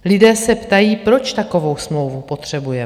Lidé se ptají, proč takovou smlouvu potřebujeme.